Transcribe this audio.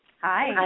Hi